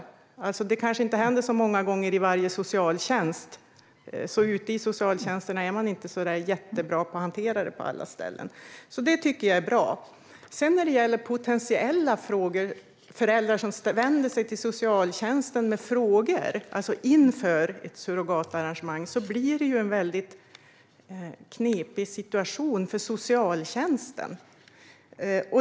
Detta kanske inte händer så många gånger i varje socialtjänst, så man är inte så jättebra på att hantera det på alla ställen. Detta tycker jag alltså är bra. När det sedan gäller föräldrar som vänder sig till socialtjänsten med frågor inför ett surrogatarrangemang blir det en väldigt knepig situation för socialtjänsten.